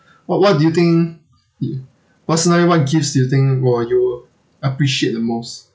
what what do you think personally what gifts do you think will you appreciate the most